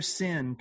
sin